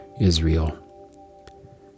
Israel